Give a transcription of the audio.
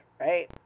Right